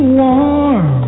warm